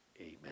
Amen